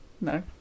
no